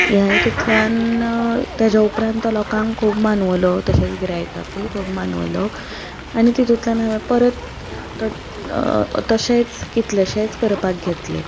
ह्या हितुंतल्यान तेज्या उपरांत तो लोकांक खूब मानवलो तशेंच गिरायकाकूय खूब मानवलो आनी तितुंतल्यान हांवें परत तोच तशेंच कितलेशेच करपाक घेतले